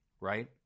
Right